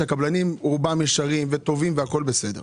שרוב הקבלנים ישרים וטובים והכול בסדר.